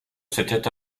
s’était